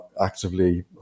actively